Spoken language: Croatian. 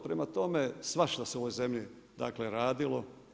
Prema tome, svašta se u ovoj zemlji, dakle radilo.